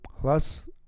plus